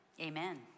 Amen